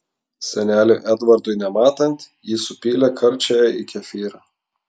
seneliui edvardui nematant ji supylė karčiąją į kefyrą